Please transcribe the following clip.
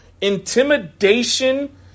Intimidation